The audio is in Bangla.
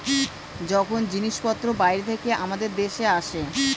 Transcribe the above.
যখন জিনিসপত্র বাইরে থেকে আমাদের দেশে আসে